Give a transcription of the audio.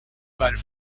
bal